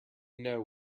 know